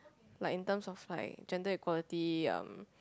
like in terms of like gender equality um